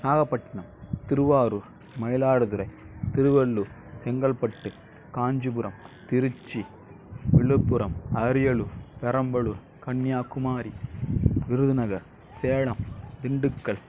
Nagapattinam Thiruvarur Mayiladuthurai Thiruvallur Chengalpattu Kanchipuram Trichy Villupuram Ariyalur Perambalur Kanniyakumari Virudhunagar Salem Dindigul